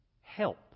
help